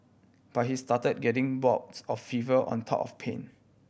but he started getting bouts of fever on top of pain